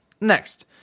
Next